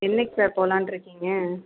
என்னைக்கு சார் போகலான்னு இருக்கீங்க